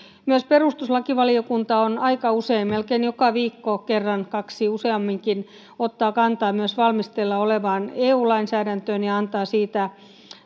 myös perustuslakivaliokunta on aika usein melkein joka viikko kerran kaksi useamminkin ottanut kantaa myös valmisteilla olevaan eu lainsäädäntöön ja antaa siitä